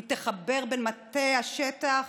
היא תחבר בין מטה השטח